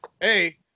hey